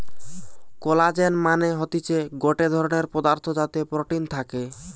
collagen মানে হতিছে গটে ধরণের পদার্থ যাতে প্রোটিন থাকে